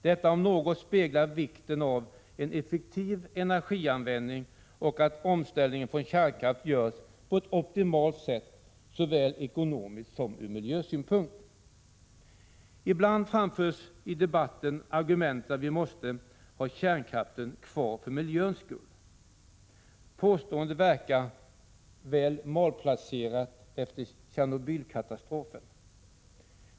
Detta om något speglar vikten av att energianvändningen blir effektiv och att omställningen från kärnkraft görs på ett optimalt sätt såväl ekonomiskt som ur miljösynpunkt. Ibland framförs i debatten argumentet att vi måste ha kärnkraften kvar för miljöns skull. Påståendet verkar väl malplacerat efter Tjernobylkatastrofen.